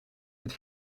het